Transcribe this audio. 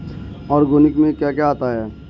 Organic में क्या क्या आता है?